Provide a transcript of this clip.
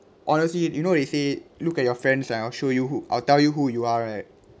honestly you know they say look at your friends and I'll show you who I'll tell you who you are right